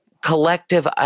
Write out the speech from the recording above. collective